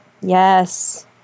Yes